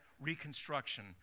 reconstruction